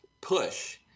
push